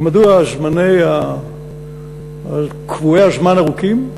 ומדוע קבועי הזמן ארוכים?